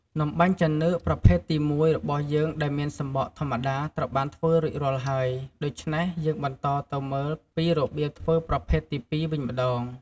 នំបាញ់ចានឿកប្រភេទទីមួយរបស់យើងដែលមានសំបកធម្មតាត្រូវបានធ្វើរួចរាល់ហើយ ដូច្នេះ យើងបន្តទៅមើលពីរបៀបធ្វើប្រភេទទីពីរវិញម្ដង។